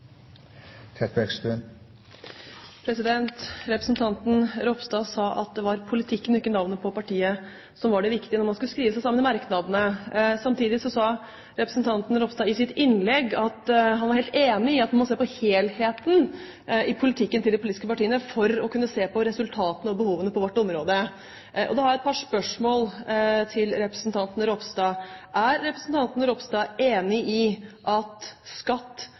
venstre. Representanten Ropstad sa at det var politikken, ikke navnet på partiet, som var det viktige når man skulle skrive seg sammen i merknader. Samtidig sa representanten Ropstad i sitt innlegg at han er helt enig i at en må se på helheten i politikken til de politiske partiene for å kunne se resultatene og behovene på vårt område. Da har jeg et par spørsmål til representanten Ropstad: Er representanten enig i at skatt